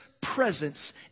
presence